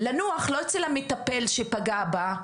לנוח, לא אצל המטפל שפגע בה.